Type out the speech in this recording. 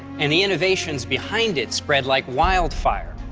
and the innovations behind it spread like wildfire.